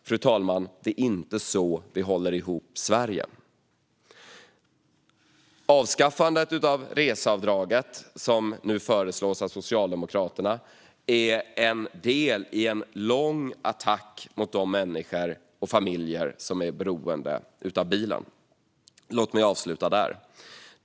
Det är inte så vi håller ihop Sverige, fru talman. Avskaffandet av reseavdraget, som nu föreslås av Socialdemokraterna, är en del i en lång attack mot de människor och familjer som är beroende av bilen. Låt mig avsluta där.